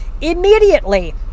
Immediately